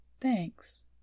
Thanks